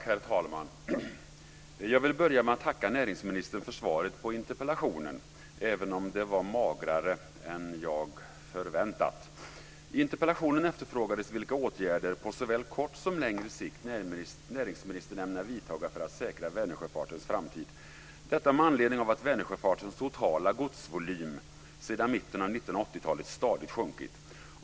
Herr talman! Jag vill börja med att tacka näringsministern för svaret på interpellationen, även om det var magrare än vad jag hade förväntat mig. I interpellationen efterfrågades vilka åtgärder på såväl kort som längre sikt näringsministern ämnar vidta för att säkra Vänersjöfartens framtid. Anledningen är att Vänersjöfartens totala godsvolym sedan mitten av 1980-talet stadigt har sjunkit.